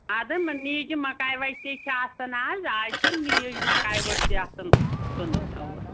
اَدٕ نیٖجہِ مکاے وَچہِ تے چھِ آسان آز آز چھِم نیٖج مکاے ؤٹ تہِ آسان کٕنٕنۍ اَوا